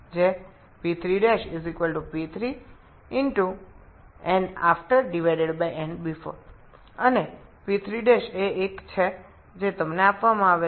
সুতরাং আপনি যদি এটি সমাধান করেন তবে আপনি x এর মান পাবেন